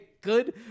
good